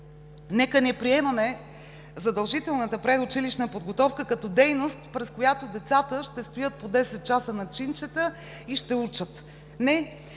Нека не приемаме задължителната предучилищна подготовка като дейност през която децата ще стоят по 10 часа на чинчета и ще учат.